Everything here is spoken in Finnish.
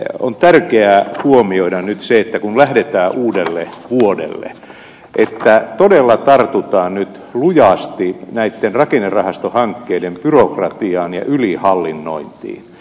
on tärkeää huomioida nyt se että kun lähdetään uudelle vuodelle todella tartutaan lujasti näiden rakennerahastohankkeiden byrokratiaan ja ylihallinnointiin